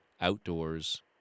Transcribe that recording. outdoors